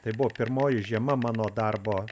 tai buvo pirmoji žiema mano darbo